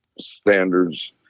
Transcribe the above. standards